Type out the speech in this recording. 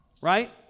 right